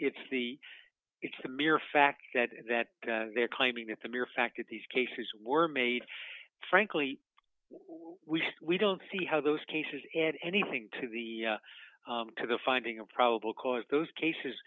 it's the it's the mere fact that they're claiming that the mere fact that these cases were made frankly we don't see how those cases and anything to the to the finding or probable cause those cases